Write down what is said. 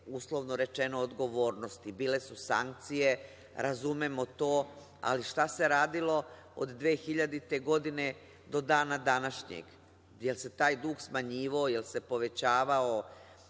uslovno rečeno, odgovornosti. Bile su sankcije, razumemo to, ali šta se radilo od 2000. godine do dana današnjeg? Jel se taj dug smanjivao, jel se povećavao?